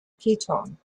ketone